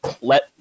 Let